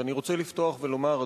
ואני רוצה לפתוח ולומר,